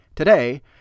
Today